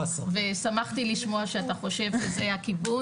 ושמחתי לשמוע שאתה חושב שזה הכיוון,